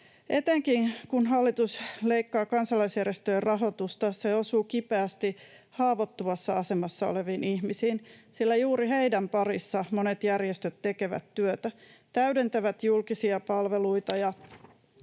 Etenkin, kun hallitus leikkaa kansalaisjärjestöjen rahoitusta, se osuu kipeästi haavoittuvassa asemassa oleviin ihmisiin, sillä juuri heidän parissaan monet järjestöt tekevät työtä, täydentävät julkisia palveluita ja